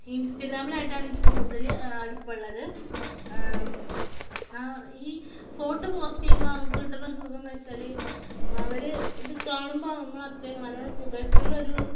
ഇൻസ്റ്റഗ്രാമിലായിട്ട് ആണ് എനിക്ക് കൂടുതൽ അടുപ്പമുള്ളത് എന്നാൽ ഈ ഫോട്ടോ പോസ്റ്റ് ചെയ്യുമ്പോൾ നമുക്ക് കിട്ടുന്ന ഒരു സുഖമെന്ന് വച്ചാൽ അവർ ഇത് കാണുമ്പോൾ നമ്മളെ അത്രയും നല്ലോണം പുകഴ്ത്തുന്ന ഒരു